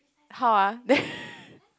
how ah then